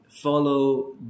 follow